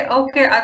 okay